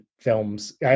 films